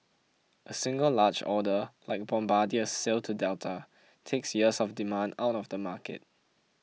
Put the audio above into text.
a single large order like Bombardier's sale to Delta takes years of demand out of the market